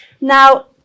Now